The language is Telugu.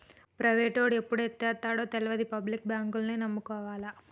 ప్రైవేటోడు ఎప్పుడు ఎత్తేత్తడో తెల్వది, పబ్లిక్ బాంకుల్నే నమ్ముకోవాల